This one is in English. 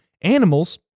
animals